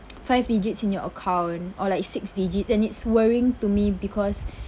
five digits in your account or like six digits and it's worrying to me because